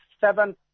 seven